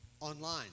online